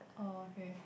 oh okay